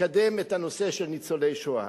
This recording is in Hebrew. לקדם את הנושא של ניצולי שואה,